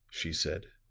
she said.